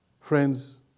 Friends